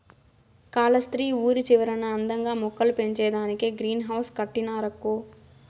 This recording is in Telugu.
కాలస్త్రి ఊరి చివరన అందంగా మొక్కలు పెంచేదానికే గ్రీన్ హౌస్ కట్టినారక్కో